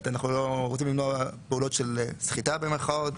אנחנו רוצים למנוע פעולות של סחיטה במירכאות,